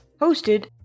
hosted